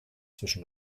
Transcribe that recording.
zwischen